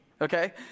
okay